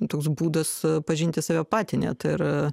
toks būdas a pažinti save patį net ir a